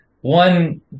one